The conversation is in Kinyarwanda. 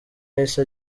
yahise